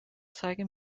zeige